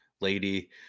lady